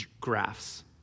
graphs